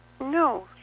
No